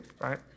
right